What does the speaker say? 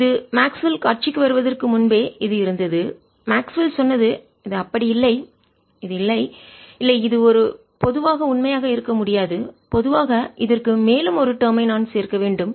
இது மேக்ஸ்வெல் காட்சிக்கு வருவதற்கு முன்பே இது இருந்தது மேக்ஸ்வெல் சொன்னதுஅப்படி இல்லை இல்லை இல்லை இது பொதுவாக உண்மையாக இருக்க முடியாது பொதுவாக இதற்கு மேலும் ஒரு டேர்ம் ஐ நான் சேர்க்க வேண்டும்